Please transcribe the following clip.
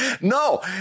No